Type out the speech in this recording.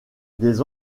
des